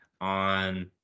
on